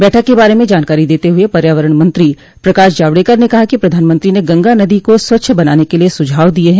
बैठक के बारे में जानकारी देते हुए पर्यावरण मंत्री प्रकाश जावड़ेकर ने कहा कि प्रधानमंत्री ने गंगा नदी को स्वच्छ बनाने के लिये सुझाव दिये हैं